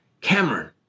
Cameron